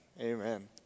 Amen